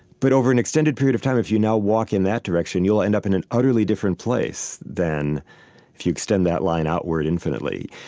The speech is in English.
but over an extended period of time, if you now walk in that direction, you'll end up in an utterly different place than if you extend that line outward infinitely.